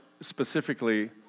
specifically